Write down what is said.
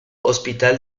hospital